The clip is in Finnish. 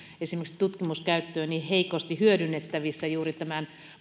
esimerkiksi tutkimuskäyttöön niin heikosti hyödynnettävissä juuri tämän